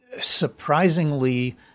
surprisingly